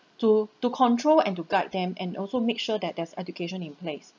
to to control and to guide them and also make sure that there's education in place